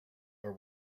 are